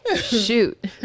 Shoot